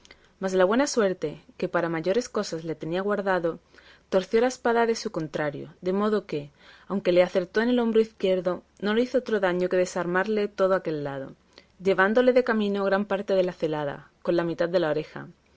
mas la buena suerte que para mayores cosas le tenía guardado torció la espada de su contrario de modo que aunque le acertó en el hombro izquierdo no le hizo otro daño que desarmarle todo aquel lado llevándole de camino gran parte de la celada con la mitad de la oreja